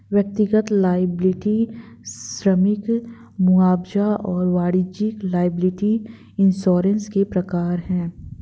व्यक्तिगत लॉयबिलटी श्रमिक मुआवजा और वाणिज्यिक लॉयबिलटी इंश्योरेंस के प्रकार हैं